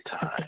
time